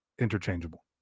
interchangeable